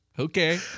Okay